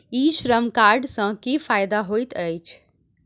ई श्रम कार्ड सँ की फायदा होइत अछि?